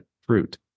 fruit